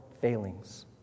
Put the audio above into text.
failings